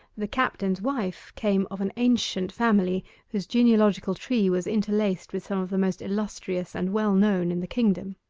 the captain's wife came of an ancient family whose genealogical tree was interlaced with some of the most illustrious and well-known in the kingdom.